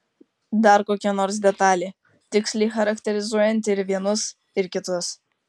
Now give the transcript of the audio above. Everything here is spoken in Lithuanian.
dar kokia nors detalė tiksliai charakterizuojanti ir vienus ir kitus